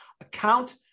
account